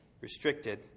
restricted